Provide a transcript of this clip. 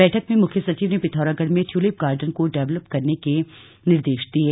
बैठक में मुख्य सचिव ने पिथौरागढ़ में ट्यूलिप गार्डन को डेवलप करने के निर्देश दिये